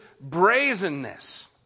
brazenness